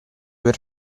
per